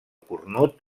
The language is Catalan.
cornut